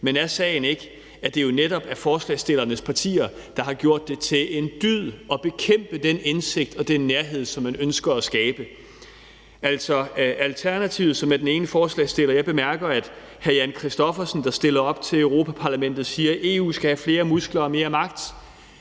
Men er sagen ikke, at det jo netop er forslagsstillernes partier, der har gjort det til en dyd at bekæmpe den indsigt og den nærhed, som man ønsker at skabe? Altså, hvad angår Alternativet, som er den ene forslagsstiller, bemærker jeg, at Jan Kristoffersen, der stiller op til Europa-Parlamentet, siger, at EU skal have flere muskler og mere magt.